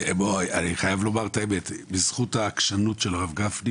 אני חייב לומר את האמת, בזכות העקשנות של הרב גפני